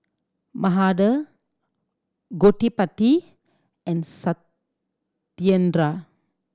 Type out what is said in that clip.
Mahade Gottipati and Satyendra